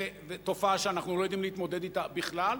תופעה שאנחנו לא יודעים להתמודד אתה בכלל,